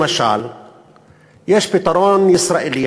למשל יש פתרון ישראלי,